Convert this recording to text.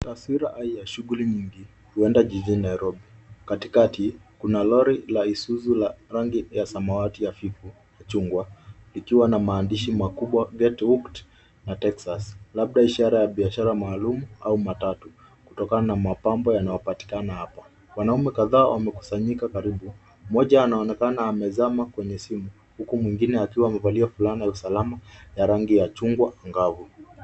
Taswira ya shughuli nyingi huenda jijini Nairobi. Katikati kuna lori la Isuzu la rangi ya samawati hafifu na chungwa ikiwa na maandishi makubwa Get Hooked na Texas, labda ishara ya biashara maalum au matatu kutokana na mapambo yanayopatikana hapo. Wanaume kadhaa wamekusanyika karibu, mmoja anaonekana amezama kwenye simu huku mwingine akiwa amevalia fulana ya usalama ya rangi ya chungwa angavu.